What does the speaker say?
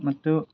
ಮತ್ತು